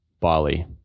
Bali